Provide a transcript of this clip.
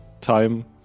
time